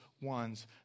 ones